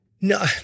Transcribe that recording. No